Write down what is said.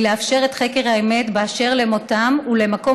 היא לאפשר את חקר האמת באשר למותם ולמקום